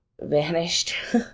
vanished